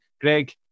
Greg